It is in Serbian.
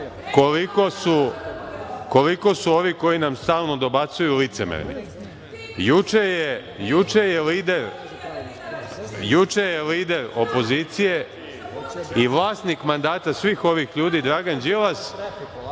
koliko su ovi koji nam stalno dobacuju licemerni. Juče je lider opozicije i vlasnik mandata svih ovih ljudi Dragan Đilas